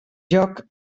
lloc